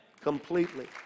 Completely